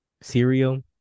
cereal